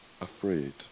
afraid